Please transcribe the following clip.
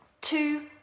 Two